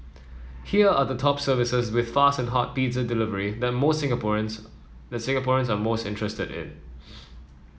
here are the top services with fast and hot pizza delivery that most Singaporeans that Singaporeans are most interested in